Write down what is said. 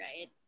right